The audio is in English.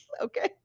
Okay